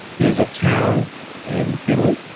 there's a town in italy,